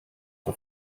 for